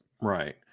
Right